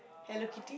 Hello-Kitty